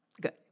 good